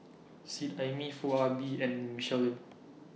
Seet Ai Mee Foo Ah Bee and Michelle Lim